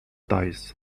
dice